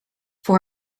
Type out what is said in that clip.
voor